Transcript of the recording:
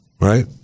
right